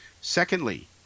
Secondly